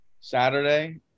saturday